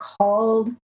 called